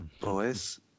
Boys